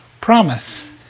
promise